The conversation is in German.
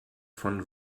von